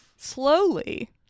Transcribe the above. Slowly